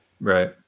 Right